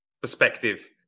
perspective